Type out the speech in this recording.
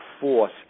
force